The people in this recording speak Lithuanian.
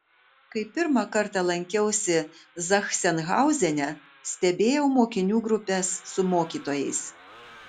kai pirmą kartą lankiausi zachsenhauzene stebėjau mokinių grupes su mokytojais